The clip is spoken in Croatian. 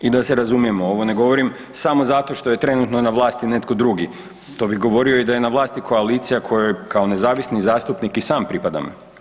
I da se razumijemo, ovo ne govorim samo zato što je trenutno na vlasti netko drugi, to bi govorio i da je na vlasti koalicija kojoj kao nezavisni zastupnik i sam pripadam.